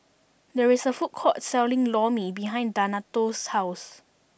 there is a food court selling Lor Mee behind Donato's house